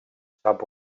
saab